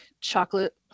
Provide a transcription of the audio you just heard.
Chocolate